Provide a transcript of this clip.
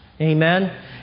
Amen